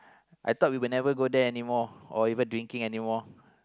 I thought we will go there anymore or even drinking anymore